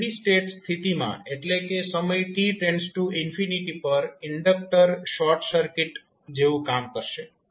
steady state સ્થિતિમાં એટલે કે સમય t પર ઇન્ડકટર શોર્ટ સર્કિટ જેવું કામ કરશે